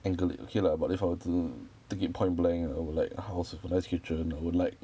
angle it okay lah but if I were to take it point blank I would like a house with a nice kitchen I would like